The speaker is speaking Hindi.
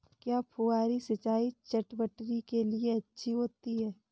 क्या फुहारी सिंचाई चटवटरी के लिए अच्छी होती है?